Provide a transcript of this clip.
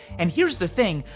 and here's the thing.